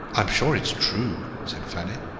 i'm sure it's true, said fanny.